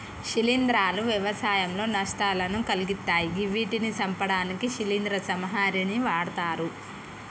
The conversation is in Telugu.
శిలీంద్రాలు వ్యవసాయంలో నష్టాలను కలిగిత్తయ్ గివ్విటిని సంపడానికి శిలీంద్ర సంహారిణిని వాడ్తరు